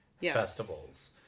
festivals